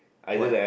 why